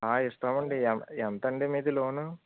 ఇస్తాం అండి ఎంత ఎంత అండి మీది లోను